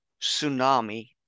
tsunami